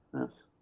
Yes